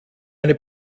eine